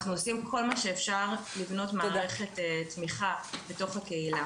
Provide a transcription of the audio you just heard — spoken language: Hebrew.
אנחנו עושים כל מה שאפשר לבנות מערכת תמיכה בתוך הקהילה.